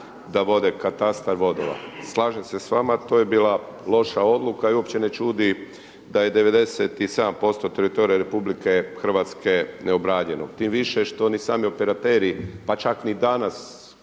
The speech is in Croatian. da vode katastar vodova. Slažem se sa vama, to je bila loša odluka i uopće ne čudi da je 97% teritorija RH neobranjeno tim više što ni sami operateri, pa čak ni danas